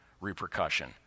repercussion